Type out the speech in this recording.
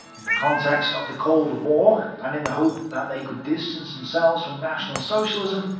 in the context of the cold war, and in the hope that they could distance themselves from national socialism,